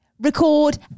record